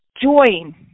join